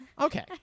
Okay